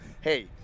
hey